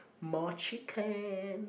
more chicken